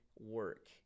work